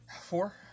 Four